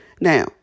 Now